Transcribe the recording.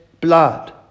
blood